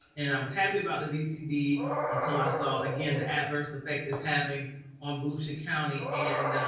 and i was happy about the dcd until i saw again, the adverse effect it's having on volusia county. and